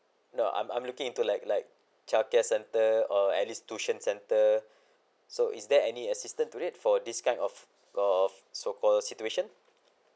no I'm I'm looking into like like childcare center or at least tuition center so is there any assistant to it for this kind of of so call situation